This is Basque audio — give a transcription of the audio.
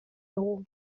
dugu